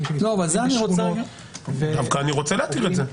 שנמצאים בשכונות --- דווקא אני רוצה להתיר את זה.